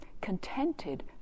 contented